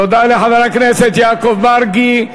תודה לחבר הכנסת יעקב מרגי.